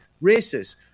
races